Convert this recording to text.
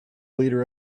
leader